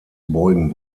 beugen